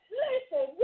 listen